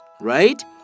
Right